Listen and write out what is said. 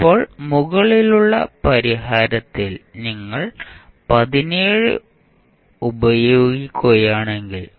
ഇപ്പോൾ മുകളിലുള്ള പരിഹാരത്തിൽ നിങ്ങൾ ഉപയോഗിക്കുകയാണെങ്കിൽ